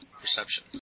perception